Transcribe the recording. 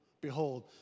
Behold